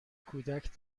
کودک